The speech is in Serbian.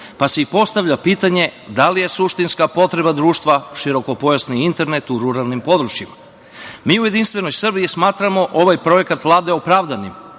pa se i postavlja pitanje – da li je suštinska potreba društva širokopojasni internet u ruralnim područjima? Mi u Jedinstvenoj Srbiji smatramo ovaj projekat Vlade opravdanim